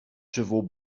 chevaux